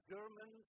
German